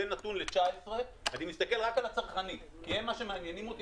זה נתון ל-2019 ואני מסתכל רק על הצרכנים כי הם מה שמעניינים אותי.